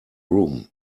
room